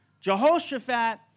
Jehoshaphat